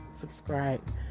subscribe